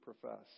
profess